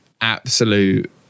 absolute